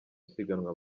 isiganwa